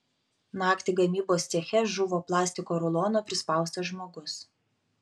naktį gamybos ceche žuvo plastiko rulono prispaustas žmogus